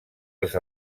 els